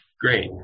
Great